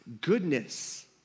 goodness